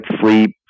sleep